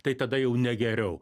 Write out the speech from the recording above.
tai tada jau ne geriau